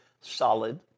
solid